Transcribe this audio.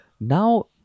Now